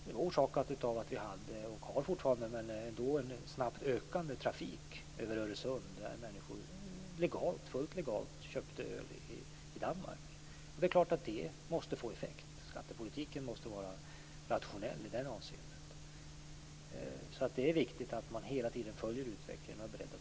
Det var orsakat av att vi hade en snabbt ökande trafik - och den har vi fortfarande - över Öresund där människor fullt legalt köpte öl i Danmark. Det måste förstås få effekt. Skattepolitiken måste vara rationell i det avseendet. Det är viktigt att man hela tiden följer utvecklingen och är beredd att agera.